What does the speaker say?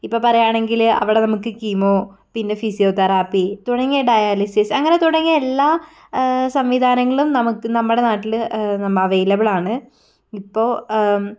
ഇപ്പം പറയുകയാണെങ്കിൽ അവിടെ നമുക്ക് കീമോ പിന്നെ ഫിസിയോ തെറാപ്പി തുടങ്ങിയ ഡയാലിസിസ്സ് അങ്ങനെ തുടങ്ങിയ എല്ലാ സംവിധാനങ്ങളും നമുക്ക് നമ്മുടെ നാട്ടിൽ നം അവൈലബിളാണ് ഇപ്പോൾ